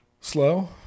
Slow